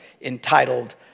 entitled